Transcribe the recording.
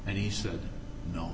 and he said no